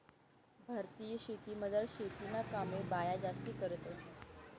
भारतीय शेतीमझार शेतीना कामे बाया जास्ती करतंस